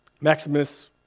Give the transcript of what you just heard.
Maximus